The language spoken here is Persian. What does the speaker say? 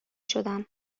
شدم